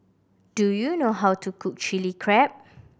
do you know how to cook Chilli Crab